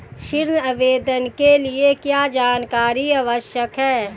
ऋण आवेदन के लिए क्या जानकारी आवश्यक है?